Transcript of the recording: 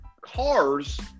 cars